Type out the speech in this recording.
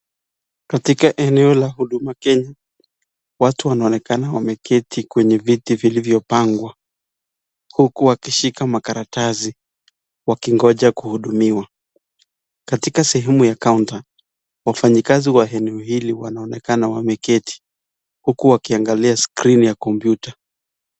Katika eneo la huduma Kenya watu wanaonekana wameketi kwenye viti zilizo pangwa huku wakishika makaratasi wakindoja kuhudumiwa. Katika sehemu ya kaunta wafanyikazi wa eneo hili wanaonekana wameketi huku wakiangalia skrini ya kompuyuta.